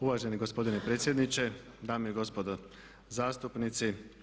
Uvaženi gospodine predsjedniče, dame i gospodo zastupnici.